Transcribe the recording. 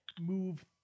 move